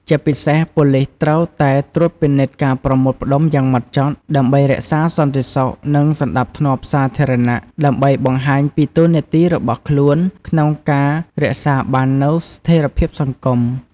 ជាពិសេស ប៉ូលិសត្រូវតែត្រួតពិនិត្យការប្រមូលផ្ដុំយ៉ាងម៉ត់ចត់ ដើម្បីរក្សាសន្តិសុខ និងសណ្តាប់ធ្នាប់សាធារណៈ ដើម្បីបង្ហាញពីតួនាទីរបស់ខ្លួនក្នុងការរក្សាបាននូវស្ថេរភាពសង្គម។